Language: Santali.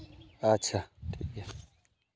ᱟᱪᱪᱷᱟ ᱴᱷᱤᱠ ᱜᱮᱭᱟ